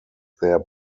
their